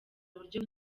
uburyo